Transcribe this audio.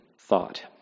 thought